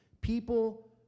people